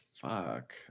fuck